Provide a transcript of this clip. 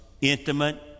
intimate